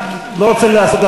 לא רלוונטי.